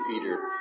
Peter